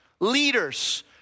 leaders